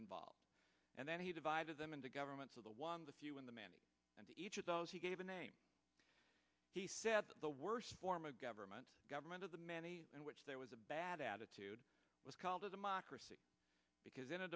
involved and then he divided them into governments of the one the few in the man and each of those he gave a name he said to the worst form of government government of the man in which there was a bad attitude was called a democracy because in a